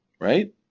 right